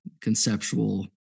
conceptual